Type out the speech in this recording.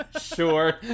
Sure